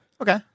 Okay